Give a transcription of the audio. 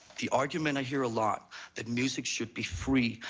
the argument i hear a lot that music should be free,